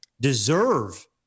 deserve